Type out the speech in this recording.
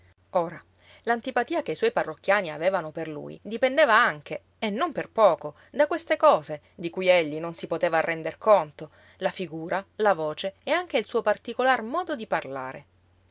ora l'antipatia che i suoi parrocchiani avevano per lui dipendeva anche e non per poco da queste cose di cui egli non si poteva render conto la figura la voce e anche il suo particolar modo di parlare